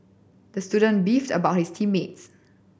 the student beefed about his team mates